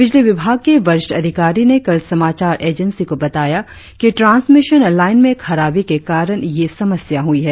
बिजली विभाग के वरिष्ठ अधिकारी ने कल समाचार एजेंसी को बताया कि ट्रांसमिशन लाइन में खराबी के कारण यह समस्या हुई है